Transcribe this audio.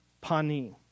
pani